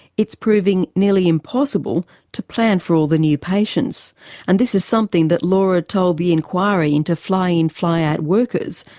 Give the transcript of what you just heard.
it's proving nearly impossible to plan for all the new patients and this is something that laura told the inquiry into fly-in fly-out workers,